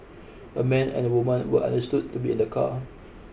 a man and a woman were understood to be in the car